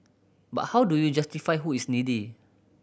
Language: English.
but how do you justify who is needy